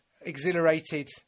exhilarated